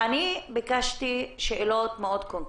ביקשתי תשובות מאוד קונקרטיות.